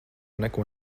neko